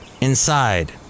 inside